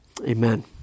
amen